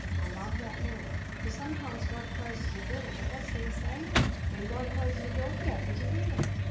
i love that law because, sometimes, god closes a door, but what's the saying? when god closes a door he opens a window.